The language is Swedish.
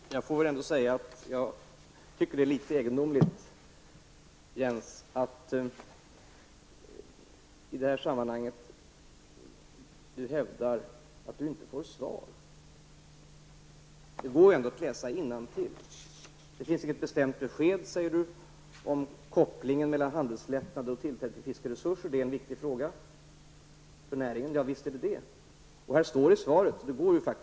Herr talman! Jag får väl ändå säga att jag tycker att det är litet egendomligt, Jens Eriksson, att i det här sammanhanget hävda att man inte får svar. Det går att läsa innantill. Jens Eriksson säger att det inte finns något bestämt besked om kopplingen mellan handelslättnader och tillträde till fiskeresurser. Det är en viktig fråga för näringen. Ja visst, är det det. Det står i svaret.